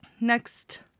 Next